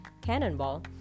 cannonball